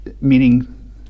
meaning